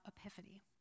Epiphany